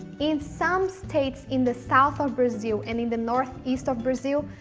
in some states in the south of brazil and in the northeast of brazil,